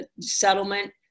settlement